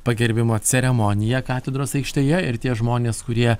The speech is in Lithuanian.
pagerbimo ceremonija katedros aikštėje ir tie žmonės kurie